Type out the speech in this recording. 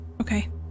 Okay